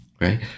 right